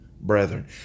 brethren